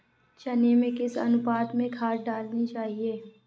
चने में किस अनुपात में खाद डालनी चाहिए?